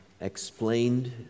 explained